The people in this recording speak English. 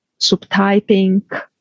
subtyping